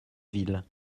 ville